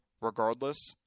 regardless